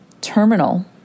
terminal